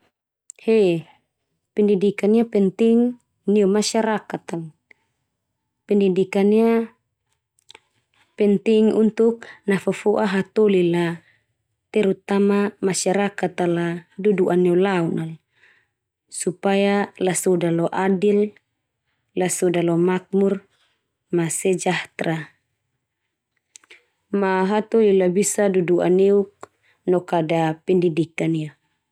He, pendidikan ia penting neu masyarakat al. Pendidikan ia penting untuk nafofo'a hatoli la terutama masyarakat al dudu'a neulaun al. Supaya lasoda lo adil, lasoda lo makmur, ma sejahtera. Ma hatoli la bisa dudu'a neuk no kada pendidikan ia.